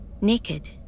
Naked